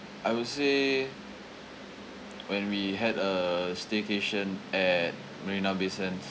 I would say when we had a staycation at marina bay sands